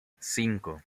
cinco